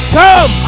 come